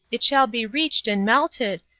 it shall be reached and melted,